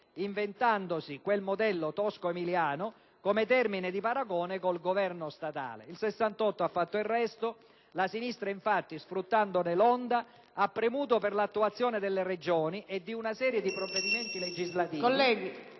inventandosi il modello tosco‑emiliano come termine di paragone con il Governo statale. Il '68 ha fatto il resto. La sinistra infatti, sfruttandone l'onda, ha premuto per l'attuazione delle Regioni e per l'adozione di una serie di provvedimenti legislativi